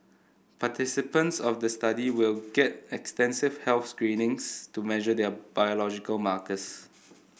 participants of the study will get extensive health screenings to measure their biological markers